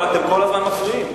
אבל אתם כל הזמן מפריעים.